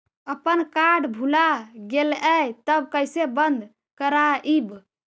अपन कार्ड भुला गेलय तब कैसे बन्द कराइब?